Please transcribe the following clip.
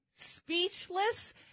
speechless